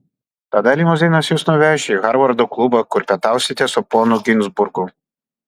tada limuzinas jus nuveš į harvardo klubą kur pietausite su ponu ginzburgu